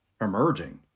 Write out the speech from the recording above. emerging